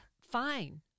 fine